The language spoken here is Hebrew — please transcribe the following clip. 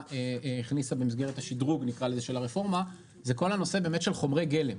הכניסה במסגרת השדרוג של הרפורמה זה כל הנושא של חומרי גלם.